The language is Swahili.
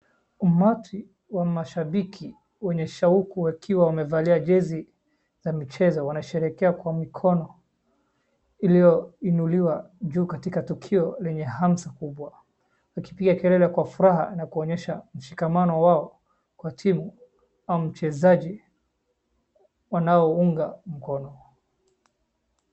Umati wa mashambiki wenye shauku wakiwa wamevalia jezi za michezo wanasherehekea kwa mikono iliyoinuliwa juu katika tukio lenye hamsa kubwa, wakipiga kelele kwa furaha na kuonyesha mshikamano wao kwa timu au mchezaji wanaounga mkono.